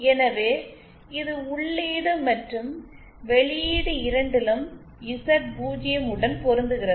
எனவே இது உள்ளீடு மற்றும் வெளியீடு இரண்டிலும் இசட் 0 உடன் பொருந்துகிறது